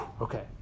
Okay